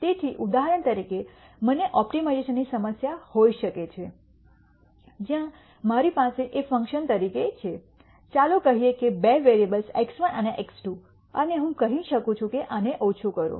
તેથી ઉદાહરણ તરીકે મને ઓપ્ટિમાઇઝેશનની સમસ્યા હોઈ શકે છે જ્યાં મારી પાસે એ ફંક્શન તરીકે છે ચાલો કહીએ કે બે વેરીએબલ્સ x1 અને x2 અને હું કહી શકું છું કે આને ઓછું કરો